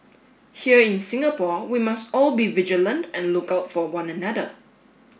here in Singapore we must all be vigilant and look out for one another